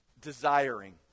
desiring